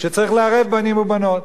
שצריך לערב בנים ובנות.